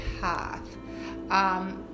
path